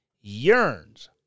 yearns